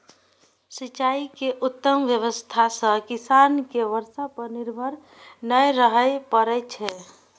सिंचाइ के उत्तम व्यवस्था सं किसान कें बर्षा पर निर्भर नै रहय पड़ै छै